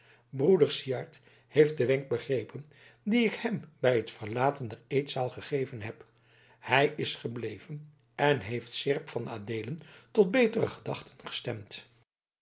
broeder syard heeft den wenk begrepen dien ik hem bij het verlaten der eetzaal gegeven heb hij is gebleven en heeft seerp van adeelen tot betere gedachten gestemd